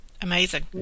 Amazing